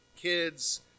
kids